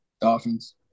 Dolphins